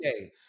okay